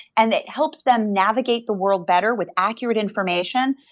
and it helps them navigate the world better with accurate information,